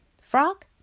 Frog